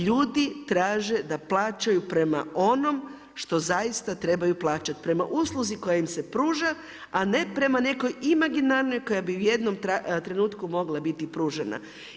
Ljudi traže da plaćaju prema onom što zaista trebaju plaćati, prema usluzi koja im se pruža a ne prema nekoj imaginarnoj koja bi u jednom trenutku mogla biti pružena.